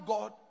God